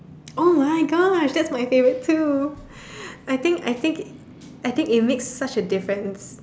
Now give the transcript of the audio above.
oh-my-Gosh that's my favourite too I think I think I think it makes such a difference